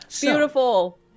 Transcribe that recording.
Beautiful